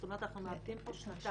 זאת אומרת אנחנו מאבדים כאן שנתיים.